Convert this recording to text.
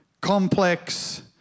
complex